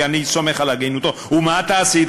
כי אני סומך על הגינותו: ומה אתה עשית,